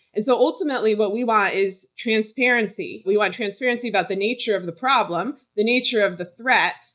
and so ultimately what we want is transparency. we want transparency about the nature of the problem, the nature of the threat,